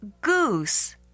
Goose